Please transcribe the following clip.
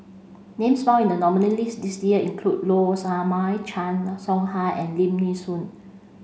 names found in the nominees list this year include Low Sanmay Chan Soh Ha and Lim Nee Soon